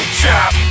chop